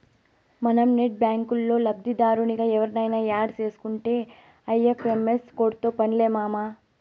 మనం నెట్ బ్యాంకిల్లో లబ్దిదారునిగా ఎవుర్నయిన యాడ్ సేసుకుంటే ఐ.ఎఫ్.ఎం.ఎస్ కోడ్తో పన్లే మామా